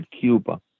Cuba